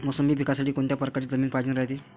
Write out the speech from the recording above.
मोसंबी पिकासाठी कोनत्या परकारची जमीन पायजेन रायते?